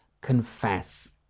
confess